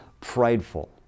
prideful